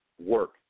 work